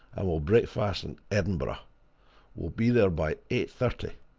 and we'll breakfast in edinburgh we'll be there by eight-thirty.